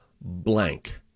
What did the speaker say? blank